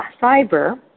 fiber